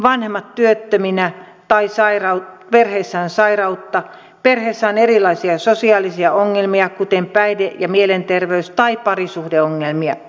vanhemmat ovat työttöminä tai perheessä on sairautta perheessä on erilaisia sosiaalisia ongelmia kuten päihde ja mielenterveys tai parisuhdeongelmia